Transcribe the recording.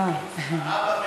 האבא מנחם.